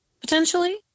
potentially